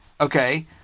okay